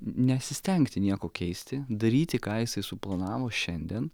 nesistengti nieko keisti daryti ką jisai suplanavo šiandien